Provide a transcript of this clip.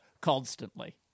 constantly